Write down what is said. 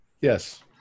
Yes